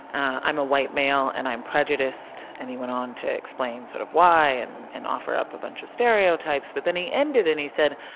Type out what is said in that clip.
i'm a white male, and i'm prejudiced. and he went on to explain sort of why and and offer up a bunch of stereotypes. but then he ended, and he said,